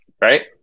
Right